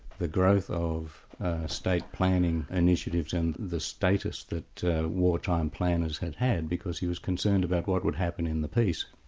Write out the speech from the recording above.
the growth of state planning initiatives and the status that wartime planners had had, because he was concerned about what would happen in the peace.